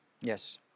Yes